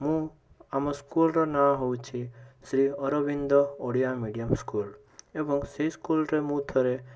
ମୁଁ ଆମ ସ୍କୁଲର ନାଁ ହେଉଛି ଶ୍ରୀ ଅରବିନ୍ଦ ଓଡ଼ିଆ ମିଡ଼ିୟମ୍ ସ୍କୁଲ ଏବଂ ସେ ସ୍କୁଲରେ ମୁଁ ଥରେ